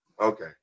Okay